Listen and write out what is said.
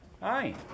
Hi